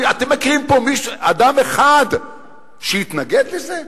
אתם מכירים פה אדם אחד שיתנגד לזה?